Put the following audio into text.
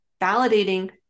validating